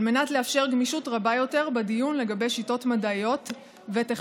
על מנת לאפשר גמישות רבה יותר בדיון על שיטות מדעיות וטכנולוגיות.